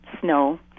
snow